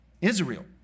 Israel